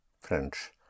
French